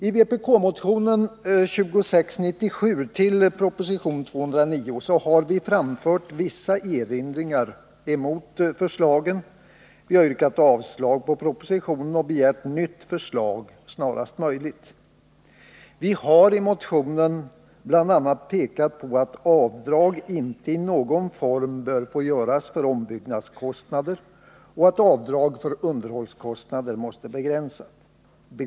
I vpk-motionen 2697 i anslutning till proposition 209 har vi framfört vissa erinringar mot förslagen. Vi har yrkat avslag på propositionen och begärt nytt förslag snarast möjligt. Vi har i motionen bl.a. pekat på att avdrag för ombyggnadskostnader inte bör få göras i någon form och att avdrag för underhållskostnader måste begränsas.